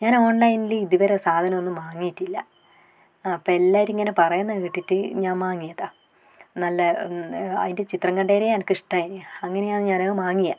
ഞാൻ ഓൺലൈനിൽ ഇതുവരെ സാധനം ഒന്നും വാങ്ങിയിട്ടില്ല അപ്പം എല്ലാവരും ഇങ്ങനെ പറയുന്നത് കേട്ടിട്ട് ഞാൻ വാങ്ങിയതാണ് നല്ല അതിൻ്റെ ചിത്രം കണ്ടേനെ എനക്കിഷ്ടമായി അങ്ങനെയാണ് ഞാനത് വാങ്ങിയത്